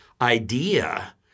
idea